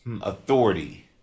authority